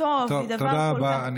טוב תודה רבה.